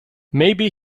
maybe